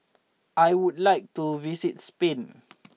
I would like to visit Spain